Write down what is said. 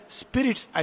spirit's